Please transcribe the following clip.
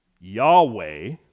Yahweh